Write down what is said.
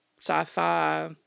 sci-fi